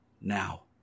Now